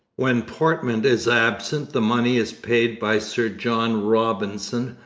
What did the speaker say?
when portman is absent the money is paid by sir john robinson,